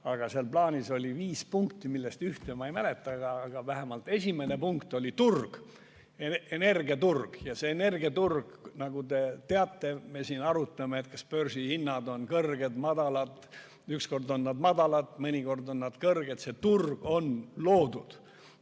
Selles plaanis oli viis punkti, millest ühte ma ei mäleta, aga vähemalt esimene punkt oli turg, energiaturg. See energiaturg, nagu teate – me siin arutame, kas börsihinnad on kõrged või madalad, mõnikord on nad madalad, mõnikord on nad kõrged –, on loodud.